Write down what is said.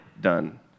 done